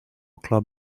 club